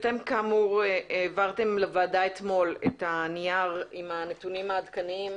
אתם כאמור העברתם לוועדה אתמול את הנייר עם הנתונים העדכניים